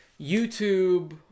YouTube